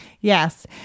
Yes